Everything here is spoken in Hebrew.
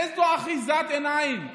איזו אחיזת עיניים.